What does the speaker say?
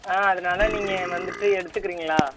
ஆ அதனால நீங்கள் வந்துவிட்டு எடுத்துக்கிறீங்களா